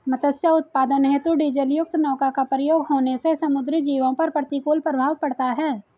मत्स्य उत्पादन हेतु डीजलयुक्त नौका का प्रयोग होने से समुद्री जीवों पर प्रतिकूल प्रभाव पड़ता है